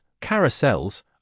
carousels